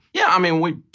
yeah, i mean we,